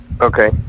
Okay